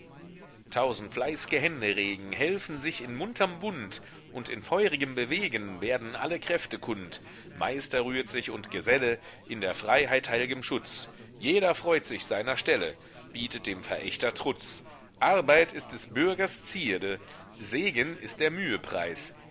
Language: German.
tausend fleißge hände regen helfen sich in munterm bund und in feurigem bewegen werden alle kräfte kund meister rührt sich und geselle in der freiheit heilgem schutz jeder freut sich seiner stelle bietet dem verächter trutz arbeit ist des bürgers zierde segen ist der mühe preis